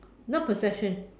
not possessions